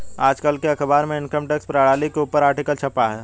आज के अखबार में इनकम टैक्स प्रणाली के ऊपर आर्टिकल छपा है